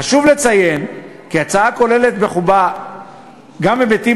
חשוב לציין כי ההצעה כוללת בחובה גם היבטים